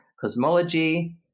cosmology